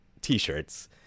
t-shirts